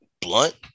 blunt